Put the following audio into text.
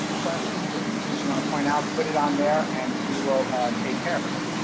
questions or things you want to point out, put it on there, and we will take care of it.